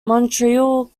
montreal